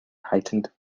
heightened